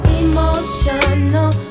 emotional